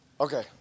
Okay